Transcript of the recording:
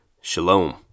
Shalom